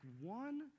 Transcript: one